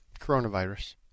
Coronavirus